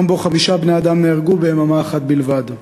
יום שבו חמישה בני-אדם נהרגו ביממה אחת בלבד: